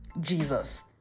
Jesus